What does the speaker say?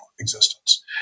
Existence